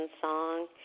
song